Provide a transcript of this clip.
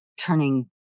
turning